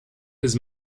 his